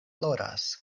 floras